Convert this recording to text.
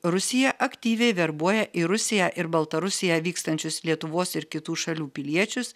rusija aktyviai verbuoja į rusiją ir baltarusiją vykstančius lietuvos ir kitų šalių piliečius